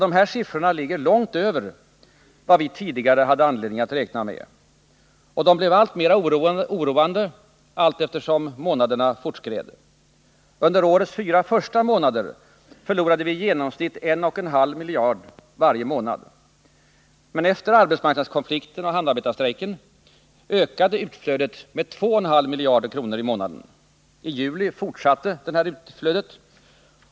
Dessa siffror ligger långt över vad vi tidigare hade anledning räkna med. Och de blev alltmer oroande allteftersom månaderna fortskred. Under årets fyra första månader förlorade vi i genomsnitt 1,5 miljarder varje månad, men efter arbetsmarknadskonflikten och hamnarbetarstrejken ökade utflödet med 2,5 miljarder kronor i månaden. I juli fortsatte det här utflödet.